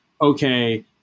okay